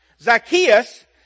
Zacchaeus